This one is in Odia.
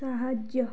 ସାହାଯ୍ୟ